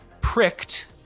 pricked